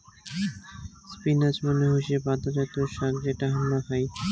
spinach মানে হৈসে পাতা জাতীয় শাক যেটা হামরা খাই